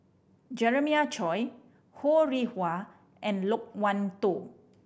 Jeremiah Choy Ho Rih Hwa and Loke Wan Tho